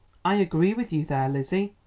i agree with you there, lizzie,